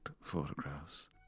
photographs